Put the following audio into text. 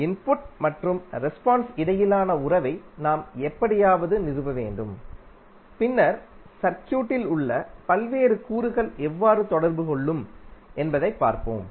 எனவே இன்புட் மற்றும் ரெஸ்பான்ஸ் இடையிலான உறவை நாம் எப்படியாவது நிறுவ வேண்டும் பின்னர் சர்க்யூடில் உள்ள பல்வேறு கூறுகள் எவ்வாறு தொடர்பு கொள்ளும் என்பதைப் பார்ப்போம்